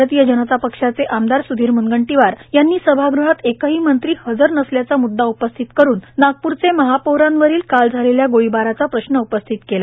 भारतीय जनता पक्षाचे आमदार सुधिर मुनगंटीवार यांनी सभागृहात एकही मंत्री हजर नसल्याचा मुद्या उपस्थित करून नागपूरचे महापौरांवरील काल झालेल्या गोळीबाराचा प्रश्न उपस्थित केला